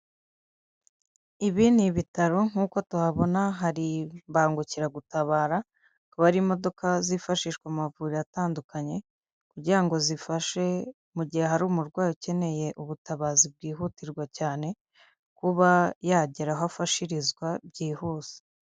Ibi ni ibitaro nkuko tuhabona hari imbangukiragutabara, akaba ari imodoka zifashishwa n'amavuriro atandukanye, kugira ngo zifashe mu gihe hari umurwayi ukeneye ubutabazi bwihutirwa cyane, kuba yagera aho afashirizwa byihuse.